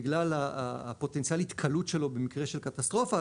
בגלל פוטנציאל התכלות שלו במקרה של קטסטרופה,